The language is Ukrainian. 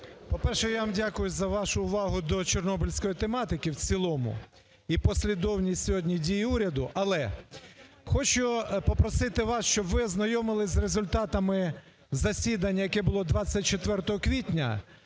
По-перше, я вам дякую за вашу увагу до чорнобильської тематики в цілому і послідовність сьогодні дій уряду. Але хочу попросити вас, щоб ви ознайомились з результатами засідання, яке було 24 квітня,